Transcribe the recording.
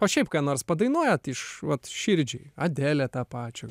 o šiaip ką nors padainuojat iš vat širdžiai adelę tą pačią